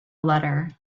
letter